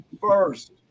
first